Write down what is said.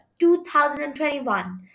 2021